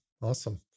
awesome